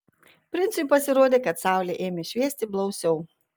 princui pasirodė kad saulė ėmė šviesti blausiau